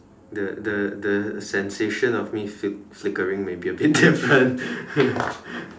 the the the sensation of me fli~ flickering might be a bit different